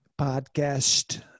podcast